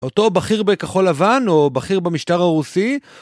אותו בכיר בכחול לבן, או בכיר במשטר הרוסי.